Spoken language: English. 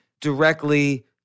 directly